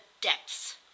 depths